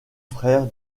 frère